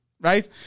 right